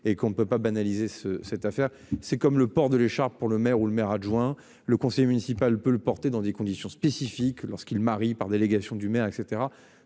et qu'on ne peut pas banaliser ce cette affaire c'est comme le port de l'écharpe pour le maire ou le maire adjoint, le conseiller municipal peut le porter dans des conditions spécifiques lorsqu'il Marie par délégation du maire et